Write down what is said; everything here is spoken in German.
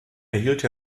erhielt